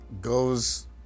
goes